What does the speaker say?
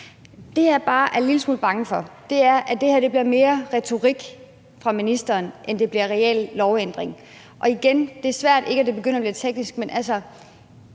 lille smule bange for, er, at det her bliver mere retorik fra ministerens side, end det bliver reel lovændring. Og igen: Det er svært at undgå, at det bliver teknisk, men er